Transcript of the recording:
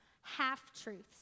half-truths